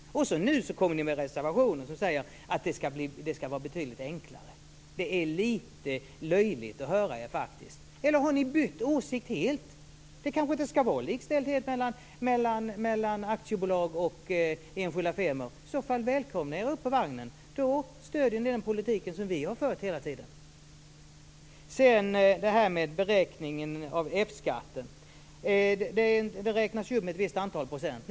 Och nu kommer ni med reservationer som säger att det skall vara betydligt enklare. Det är faktiskt lite löjligt att höra er. Eller har ni bytt åsikt helt? Det skall kanske inte vara likställdhet mellan aktiebolag och enskilda firmor. I så fall välkomnar jag er upp på vagnen. Då stöder ni den politik som vi hela tiden har fört. Sedan har vi detta med beräkningen av F-skatten. Den räknas ju med ett visst antal procent.